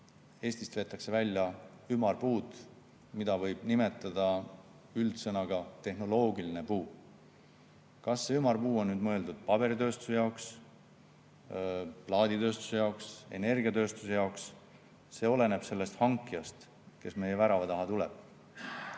Eestist veetakse välja ümarpuud, mida võib nimetada üld[väljendiga] "tehnoloogiline puu". See, kas see ümarpuu on mõeldud paberitööstuse jaoks, plaaditööstuse jaoks, energiatööstuse jaoks, oleneb sellest hankijast, kes meie värava taha tuleb.